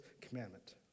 commandment